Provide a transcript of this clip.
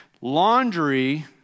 Laundry